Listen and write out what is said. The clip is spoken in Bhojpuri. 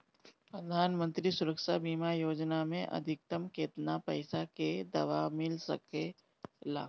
प्रधानमंत्री सुरक्षा बीमा योजना मे अधिक्तम केतना पइसा के दवा मिल सके ला?